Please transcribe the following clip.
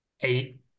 eight